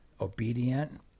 obedient